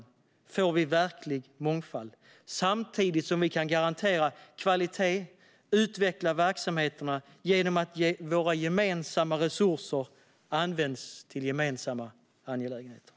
Så får vi verklig mångfald samtidigt som vi kan garantera kvalitet och utveckla verksamheterna genom att våra gemensamma resurser används till gemensamma angelägenheter.